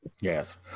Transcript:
Yes